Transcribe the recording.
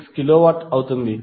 396 kilowatt అవుతుంది